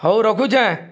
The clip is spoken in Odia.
ହଉ ରଖୁଛେଁ